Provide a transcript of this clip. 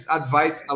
advice